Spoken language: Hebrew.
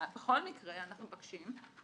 בכל מקרה, אנחנו מבקשים,